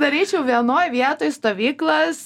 daryčiau vienoj vietoj stovyklas